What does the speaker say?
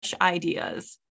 ideas